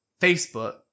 Facebook